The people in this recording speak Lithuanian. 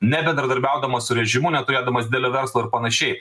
nebendradarbiaudamas su režimu neturėdamas didelio verslo ir panašiai